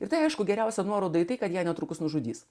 ir tai aišku geriausia nuoroda į tai kad ją netrukus nužudys